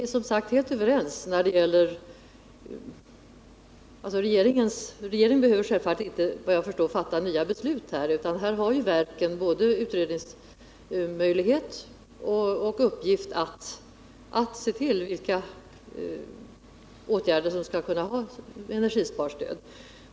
Regeringen behöver självfallet inte, såvitt jag förstår, fatta nya beslut i det här fallet, utan verken har både utredningsmöjlighet och uppgiften att avgöra vilka åtgärder som skall ha energisparstöd.